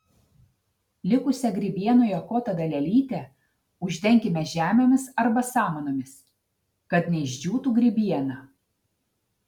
likusią grybienoje koto dalelytę uždenkime žemėmis arba samanomis kad neišdžiūtų grybiena